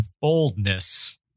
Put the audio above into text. Boldness